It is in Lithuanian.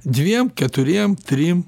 dviem keturiem trim